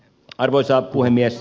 arvoisa puhemies